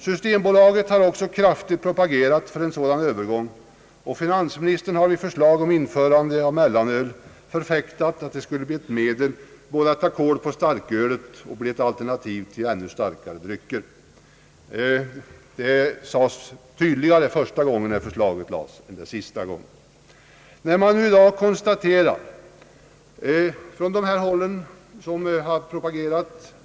Systembolaget har också kraftigt propagerat för en sådan övergång, och finansministern har vid förslaget om införande av mellanöl förfäktat att detta skulle bli ett medel att få bort starkölet och bli ett alternativ till ännu starkare drycker. Detta sades tydligare när förslaget första gången framlades än den sista.